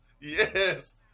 Yes